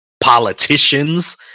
politicians